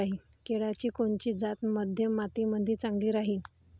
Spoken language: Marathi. केळाची कोनची जात मध्यम मातीमंदी चांगली राहिन?